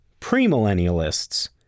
premillennialists